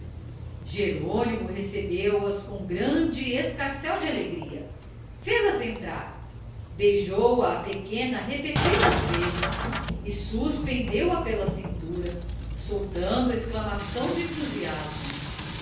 amigos jerônimo recebeu as com grande escarcéu de alegria fê las entrar beijou a pequena repetidas vezes e suspendeu a pela cintura soltando exclamações de entusiasmo